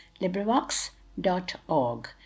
LibriVox.org